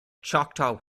choctaw